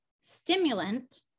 stimulant